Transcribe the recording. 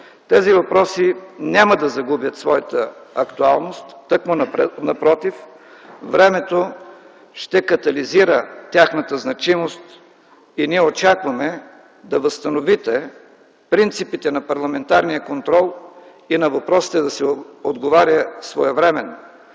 тези въпроси няма да загубят своята актуалност. Тъкмо напротив, времето ще катализира тяхната значимост и ние очакваме да възстановите принципите на парламентарния контрол и на въпросите да се отговаря своевременно.